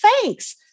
thanks